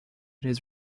his